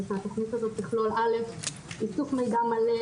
שהתוכנית תכלול: 1. איסוף מידע מלא